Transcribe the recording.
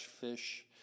fish